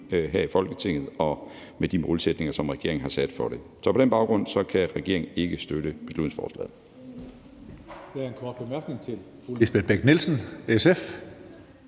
her i Folketinget med de målsætninger, som regeringen har sat for det. Så på den baggrund kan regeringen ikke støtte beslutningsforslaget.